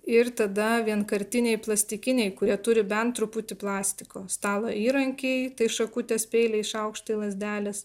ir tada vienkartiniai plastikiniai kurie turi bent truputį plastiko stalo įrankiai tai šakutės peiliai šaukštai lazdelės